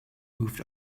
moved